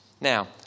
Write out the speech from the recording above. Now